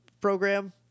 program